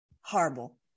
horrible